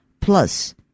Plus